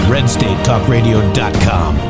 RedstateTalkRadio.com